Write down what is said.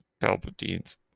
Palpatine's